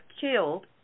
killed